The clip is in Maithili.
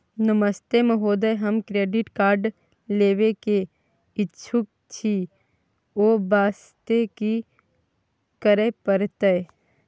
नमस्ते महोदय, हम क्रेडिट कार्ड लेबे के इच्छुक छि ओ वास्ते की करै परतै?